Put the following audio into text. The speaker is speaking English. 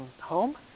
home